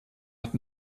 hat